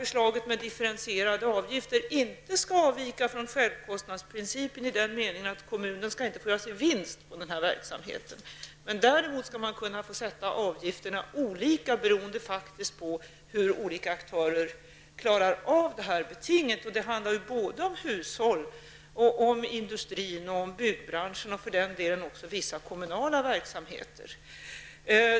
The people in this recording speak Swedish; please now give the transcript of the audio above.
Förslaget med differentierade avgifter skall inte avvika från självkostnadsprincipen i den meningen att kommunen skall få göra sig vinst på den här verksamheten. Man skall däremot kunna få sätta avgifterna olika beroende på hur de olika aktörerna klarar av det här betinget. Det handlar om hushållen, industrin, byggbranschen och även vissa kommunala verksamheter.